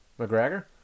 McGregor